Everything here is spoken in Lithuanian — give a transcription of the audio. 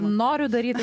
noriu daryt